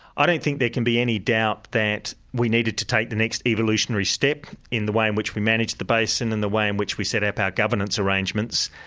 i don't think there can be any doubt that we needed to take the next evolutionary step in the way in which we managed the basin, in the way in which we set up our governance arrangements,